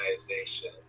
organization